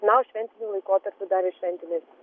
na o šventiniu laikotarpiu dar ir šventinės